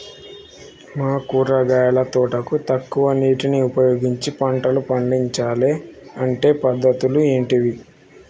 మా కూరగాయల తోటకు తక్కువ నీటిని ఉపయోగించి పంటలు పండించాలే అంటే పద్ధతులు ఏంటివి?